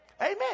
Amen